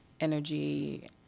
energy